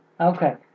Okay